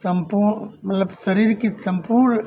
सम्पूर्ण मतलब शरीर की सम्पूर्ण